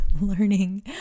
learning